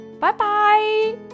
Bye-bye